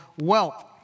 wealth